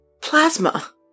plasma